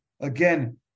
again